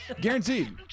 Guaranteed